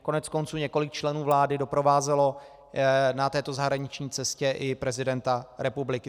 Koneckonců několik členů vlády doprovázelo na této zahraniční cestě i prezidenta republiky.